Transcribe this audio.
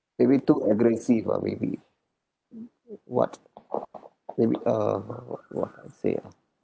maybe too aggressive ah maybe what uh what I say ah